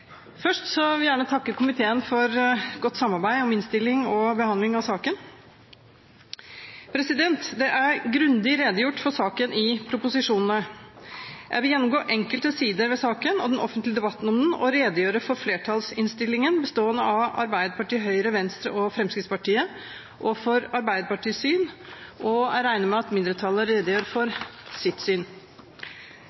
Først vil jeg takke komiteen for godt samarbeid om innstillingen og god behandling av saken. Det er grundig redegjort for saken i proposisjonene. Jeg vil gjennomgå enkelte sider ved saken og den offentlige debatten om den, og redegjøre for flertallsinnstillingen bestående av Arbeiderpartiet, Høyre, Venstre og Fremskrittspartiet, og for Arbeiderpartiet sitt syn. Jeg regner med at mindretallet redegjør for